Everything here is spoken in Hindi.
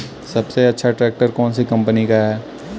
सबसे अच्छा ट्रैक्टर कौन सी कम्पनी का है?